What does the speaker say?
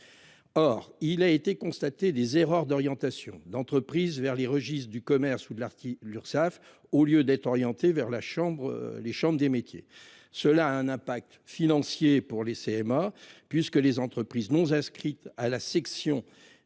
Or il a été constaté des erreurs d'orientation d'entreprises vers les registres du commerce ou de l'art qui l'Urssaf au lieu d'être orienté vers la chambre les chambres des métiers. Cela a un impact financier pour les CM1 puisque les entreprises non inscrite à la section